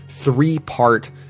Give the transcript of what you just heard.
three-part